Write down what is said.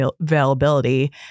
availability